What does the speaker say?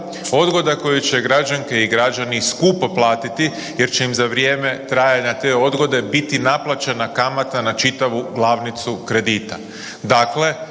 odgoda koju će građanke i građani skupo platiti jer će im za vrijeme trajanja te odgode biti naplaćena kamata na čitavu glavnicu kredita.